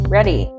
Ready